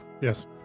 yes